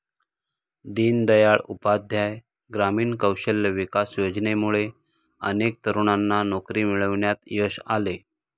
दीनदयाळ उपाध्याय ग्रामीण कौशल्य विकास योजनेमुळे अनेक तरुणांना नोकरी मिळवण्यात यश आले